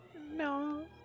No